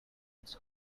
its